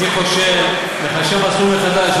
אני חושב, לחשב מסלול מחדש.